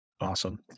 Awesome